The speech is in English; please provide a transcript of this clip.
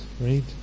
right